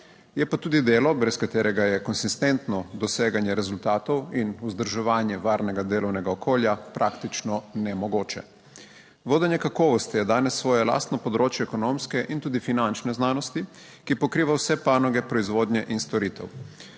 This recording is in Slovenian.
Je pa tudi delo, brez katerega je konsistentno doseganje rezultatov in vzdrževanje varnega delovnega okolja praktično nemogoče. Vodenje kakovosti je danes svoje lastno področje ekonomske in tudi finančne znanosti, ki pokriva vse panoge proizvodnje in storitev,